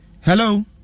Hello